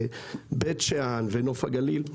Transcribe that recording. בית שאן ונוף הגליל.